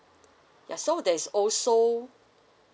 ya so there is also